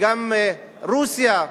גם רוסיה,